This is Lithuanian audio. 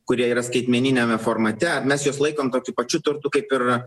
kurie yra skaitmeniniame formate ar mes juos laikom tokiu pačiu turtu kaip ir